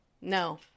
No